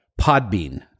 Podbean